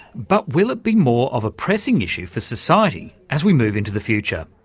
but will it be more of a pressing issue for society as we move into the future?